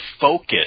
focus